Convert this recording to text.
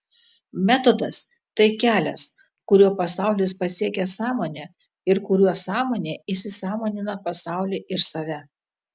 metodas tai kelias kuriuo pasaulis pasiekia sąmonę ir kuriuo sąmonė įsisąmonina pasaulį ir save